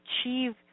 achieve